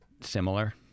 similar